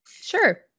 Sure